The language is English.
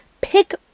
pick